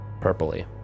purpley